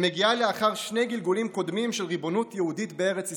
היא מגיעה לאחר שני גלגולים קודמים של ריבונות יהודית בארץ ישראל,